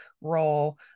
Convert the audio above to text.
role